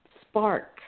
spark